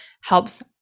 helps